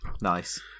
Nice